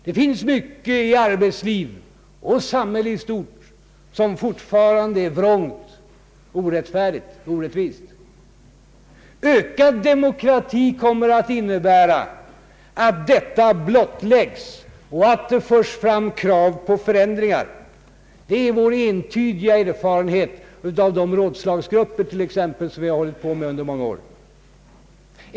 Det finns mycket i arbetsliv och samhälle i stort som fortfarande är vrångt, orättfärdigt och orättvist. Ökad demokrati kommer att innebära att detta blottläggs och att det förs fram krav på förändringar. Detta är vår entydiga erfarenhet av t.ex. de rådslagsgrupper som vi hållit på med under många år.